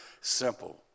simple